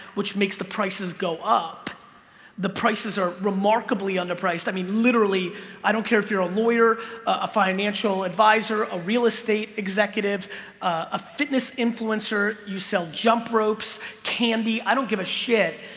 which makes the prices go up the prices are remarkably under priced i mean literally i don't care if you're a lawyer a financial advisor a real estate executive a fitness influencer you sell jump ropes candy, i don't give a shit.